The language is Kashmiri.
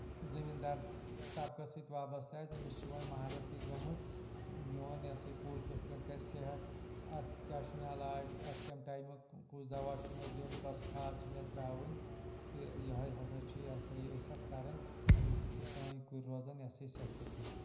زٔمیٖن دار تَبقس سۭتۍ وابَستہٕ آسہِ أمِس چھُ وۅنۍ مَہارت یہِ گٲمٕژ میٛون یا سا یہِ کُل کِتھٕ پٲٹھۍ کرِ صحت اَتھ کیٛاہ چھُ مےٚ علاج اَتھ کَمہِ ٹایمہٕ کُس دوا چھُ مےٚ دیُن کۅس کھاد چھِ مےٚ ترٛاوٕنۍ تہٕ یِہَے ہسا چھ یا ہسا یہِ اَتھ کَران اَمی سۭتۍ چھِ سٲنۍ کُلۍ روٗزان صحتَس منٛز